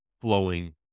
flowing